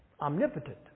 omnipotent